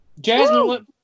Jasmine